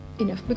enough